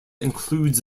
includes